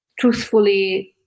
truthfully